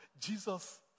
Jesus